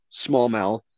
smallmouth